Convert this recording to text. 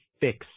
fix